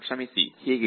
ಕ್ಷಮಿಸಿ ಹೀಗೆ